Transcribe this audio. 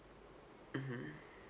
mmhmm